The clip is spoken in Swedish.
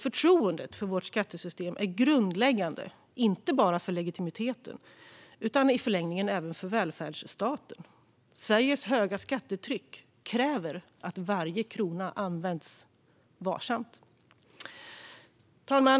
Förtroendet för vårt skattesystem är grundläggande inte bara för legitimiteten utan i förlängningen även för välfärdsstaten. Sveriges höga skattetryck kräver att varje krona används varsamt. Fru talman!